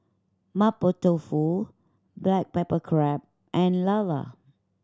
Mapo Tofu black pepper crab and lala